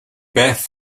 beth